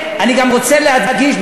אני גם רוצה להדגיש,